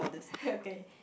okay